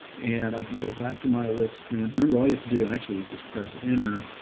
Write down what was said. and i can go back to my lips command. remember, all you have to do actually is just press enter.